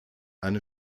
eine